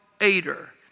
Ader